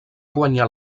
guanyar